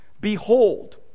Behold